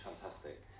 fantastic